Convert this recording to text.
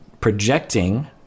projecting